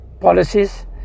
policies